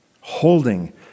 holding